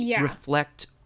reflect